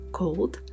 cold